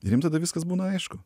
ir jiem tada viskas būna aišku